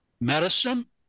medicine